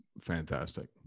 fantastic